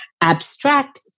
abstract